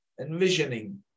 envisioning